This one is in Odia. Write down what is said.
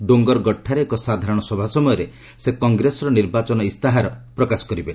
ଡୋଙ୍ଗରଗଡ଼ଠାରେ ଏକ ସାଧାରଣସଭା ସମୟରେ ସେ କଂଗ୍ରେସର ନିର୍ବାଚନ ଇସ୍ତାହାର ପ୍ରକାଶ କରିବେ